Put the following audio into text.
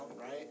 right